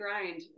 grind